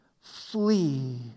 flee